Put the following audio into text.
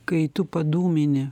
kai tu padūmini